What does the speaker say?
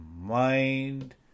mind